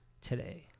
today